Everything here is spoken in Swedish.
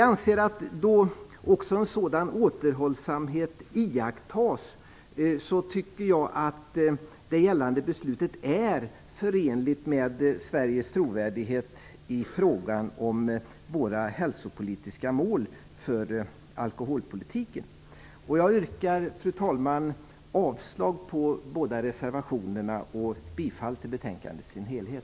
Eftersom en sådan återhållsamhet iakttas, tycker jag att det gällande beslutet är förenligt med Sveriges trovärdighet vad gäller de hälsomässiga målen inom alkoholpolitiken. Jag yrkar, fru talman, avslag på båda reservationerna och bifall till utskottets hemställan i dess helhet.